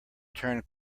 turned